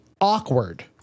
awkward